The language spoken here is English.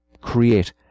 create